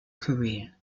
career